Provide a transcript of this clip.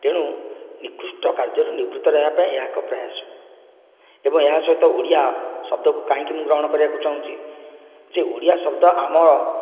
ତେଣୁ ନିକୃଷ୍ଟ କାର୍ଯ୍ୟରେ ନିବୃତ୍ତ ରହିବା ପାଇଁ ଏହା ଏକ ପ୍ରୟାସ ଏବଂ ଏହା ସହିତ ଓଡ଼ିଆ ଶବ୍ଦକୁ କାହିଁକି ମୁଁ ଗ୍ରହଣ କରିବା ପାଇଁ ଚାହୁଁଛି ଯେ ଓଡ଼ିଆ ଶବ୍ଦ ଆମ